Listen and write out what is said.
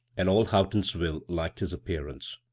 and all houghtons ville liked his appearance.